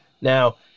Now